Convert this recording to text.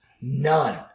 None